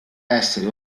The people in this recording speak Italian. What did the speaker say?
essere